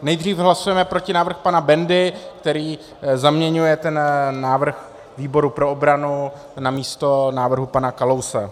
Nejdřív hlasujeme protinávrh pana Bendy, který zaměňuje ten návrh výboru pro obranu namísto návrhu pana Kalouse.